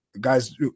guys